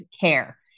care